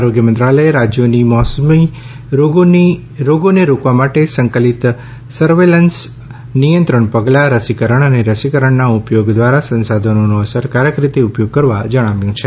આરોગ્ય મંત્રાલયે રાજ્યોને મોસમી રોગોને રોકવા માટે સંકલિત સર્વેલન્સ નિયંત્રણ પગલાં રસીકરણ અને રસીકરણના ઉપયોગ દ્વારા સંસાધનોનો અસરકારક રીતે ઉપયોગ કરવા જણાવ્યું છે